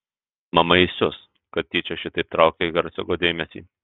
mama įsius kad tyčia šitaip traukei hercogo dėmesį